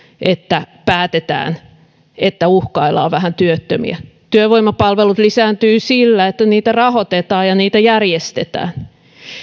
että päätetään että uhkaillaan vähän työttömiä työvoimapalvelut lisääntyvät sillä että niitä rahoitetaan ja niitä järjestetään